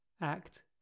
Act